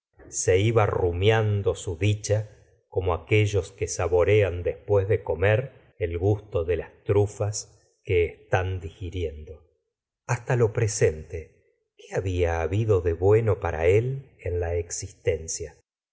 se iba rumiando su dicha como aquellos que saborean después de comer el gusto de las trufas que están digiriendo gasta lo presente qué había habido de bueno para él en la existencia